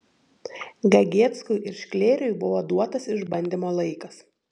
gegieckui ir šklėriui buvo duotas išbandymo laikas